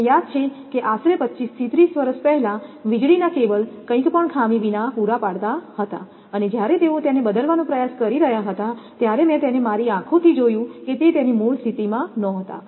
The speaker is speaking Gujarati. મને યાદ છે કે આશરે 25 થી 30 વર્ષ પહેલા વીજળી ના કેબલ કંઈ પણ ખામી વિના પૂરા પાડતા હતા અને જ્યારે તેઓ તેને બદલવાનો પ્રયાસ કરી રહ્યા હતા ત્યારે મેં તેને મારી આંખોથી જોયું કે તે તેની મૂળ સ્થિતિમાં નહોતા